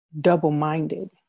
double-minded